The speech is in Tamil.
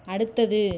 அடுத்தது